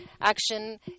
action